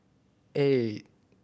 eight